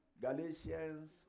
Galatians